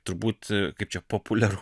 turbūt kaip čia populiaru